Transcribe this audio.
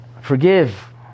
Forgive